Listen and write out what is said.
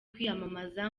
kwiyamamaza